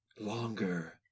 longer